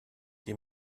die